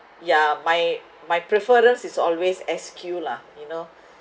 yeah my my preference is always S_Q lah you know